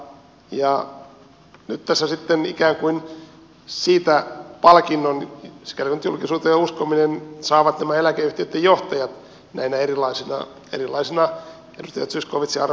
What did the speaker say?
nyt tässä sitten ikään kuin siitä palkinnon sikäli kuin nyt julkisuuteen on uskominen saavat nämä eläkeyhtiöitten johtajat näinä erilaisina edustaja zyskowiczin arvostelemina palkitsemisjärjestelminä